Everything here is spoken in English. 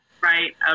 right